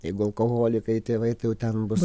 jeigu alkoholikai tėvai tai jau ten bus